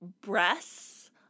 breasts